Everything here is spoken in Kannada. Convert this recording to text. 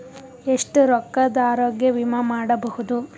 ಎಷ್ಟ ರೊಕ್ಕದ ಆರೋಗ್ಯ ವಿಮಾ ಮಾಡಬಹುದು?